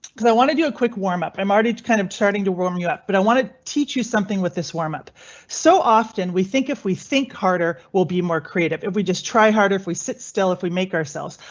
cause i wanna do a quick warm up. i'm already kind of starting to warm you up, but i want to teach you something with this warm up so often we think if we think harder will be more creative if we just try harder. if we sit still if we make ourselves.